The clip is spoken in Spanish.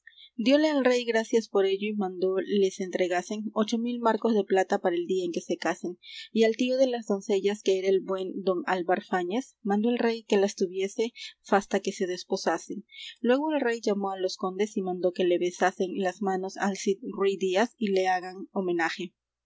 dióle el rey gracias por ello y mandó les entregasen ocho mil marcos de plata para el día en que se casen y al tío de las doncellas que era el buen don álvar fáñez mandó el rey que las tuviese fasta que se desposasen luégo el rey llamó á los condes y mandó que le besasen las manos al cid rúy díaz y le fagan homenaje